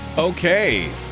Okay